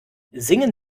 singen